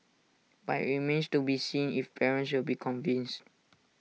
but IT remains to be seen if parents will be convinced